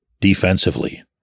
defensively